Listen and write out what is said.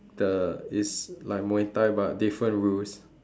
the it's like muay-thai but different rules